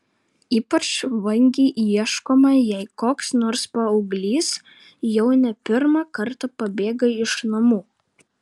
ypač vangiai ieškoma jei koks nors paauglys jau ne pirmą kartą pabėga iš namų